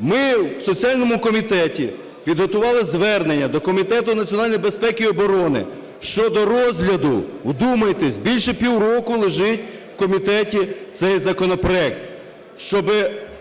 Ми в соціальному комітеті підготували звернення до Комітету національної безпеки і оборони щодо розгляду – вдумайтесь, більше півроку лежить у комітеті цей законопроект, – щоб